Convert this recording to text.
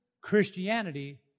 Christianity